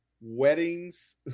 weddings